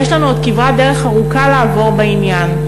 יש לנו עוד כברת דרך ארוכה לעבור בעניין.